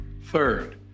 Third